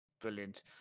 Brilliant